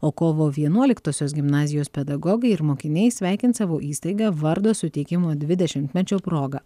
o kovo vienuoliktosios gimnazijos pedagogai ir mokiniai sveikins savo įstaigą vardo suteikimo dvidešimtmečio proga